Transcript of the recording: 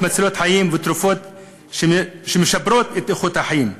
מצילות חיים ותרופות שמשפרות את איכות החיים.